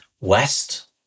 west